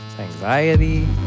anxiety